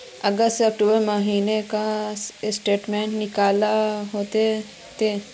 अगस्त से अक्टूबर महीना का स्टेटमेंट निकाल दहु ते?